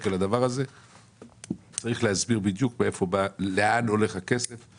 הדבר הנוסף הוא לגבי חופשי-חודשי והערך הצבור.